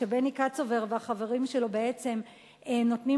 כשבני קצובר והחברים שלו בעצם נותנים